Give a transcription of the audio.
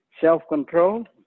self-control